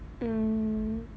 mm